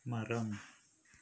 மரம்